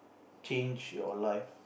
change your life